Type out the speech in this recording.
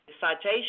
Citation